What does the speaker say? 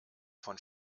von